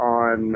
on